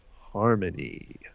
harmony